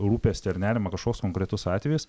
rūpestį ar nerimą kažkoks konkretus atvejis